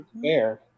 fair